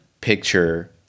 picture